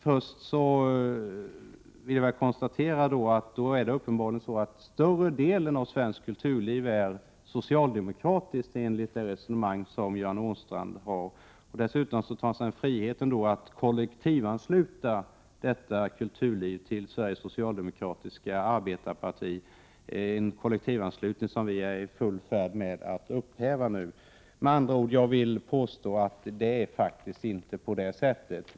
Först vill jag konstatera att större delen av svenskt kulturliv i så fall är socialdemokratisk, enligt det resonemang som Göran Åstrand för. Han tar sig dessutom friheten att kollektivansluta detta kulturliv till Sveriges socialdemokratiska arbetarparti — en kollektivanslutning som vi är i full färd med att upphäva. Med andra ord vill jag påstå att det inte är på det sättet.